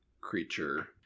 creature